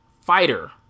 fighter